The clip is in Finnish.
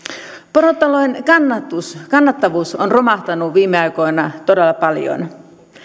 porotalouden kannattavuus kannattavuus on romahtanut viime aikoina todella paljon